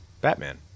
Batman